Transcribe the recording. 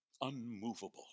unmovable